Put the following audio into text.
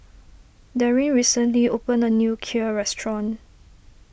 Daryn recently opened a new Kheer restaurant